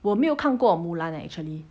我没有看过 mulan leh actually